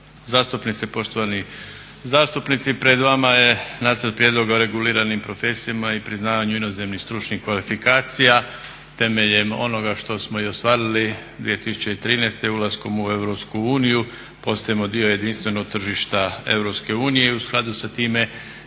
zastupnice, poštovani zastupnici. Pred vama je nacrt prijedloga o reguliranim profesijama i priznavanju inozemnih stručnih kvalifikacija temeljem onoga što smo i ostvarili 2013. ulaskom u Europsku uniju postajemo dio jedinstvenog tržišta Europske unije i u skladu sa time